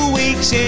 weeks